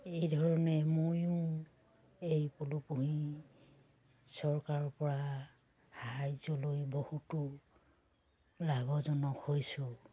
এইধৰণে ময়ো এই পলু পুহি চৰকাৰৰ পৰা সাহাৰ্য্য়লৈ বহুতো লাভজনক হৈছোঁ